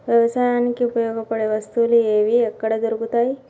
వ్యవసాయానికి ఉపయోగపడే వస్తువులు ఏవి ఎక్కడ దొరుకుతాయి?